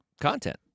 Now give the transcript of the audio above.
content